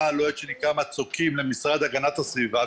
הלוהט שנקרא "מצוקים" למשרד להגנת הסביבה,